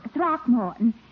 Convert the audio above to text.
Throckmorton